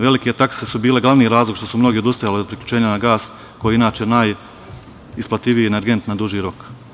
Velike takse su bile glavni razlog što su mnogi odustajali od priključenja na gas koji je inače najisplativiji energent na duži rok.